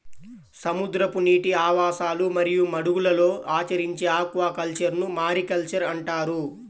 సముద్రపు నీటి ఆవాసాలు మరియు మడుగులలో ఆచరించే ఆక్వాకల్చర్ను మారికల్చర్ అంటారు